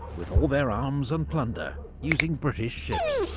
with all their arms and plunder, using british ships.